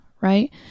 Right